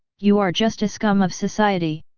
you are just a scum of society!